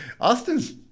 Austin's